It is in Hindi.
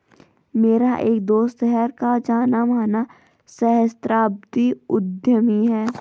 मेरा एक दोस्त शहर का जाना माना सहस्त्राब्दी उद्यमी है